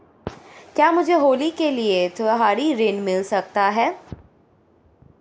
क्या मुझे होली के लिए त्यौहारी ऋण मिल सकता है?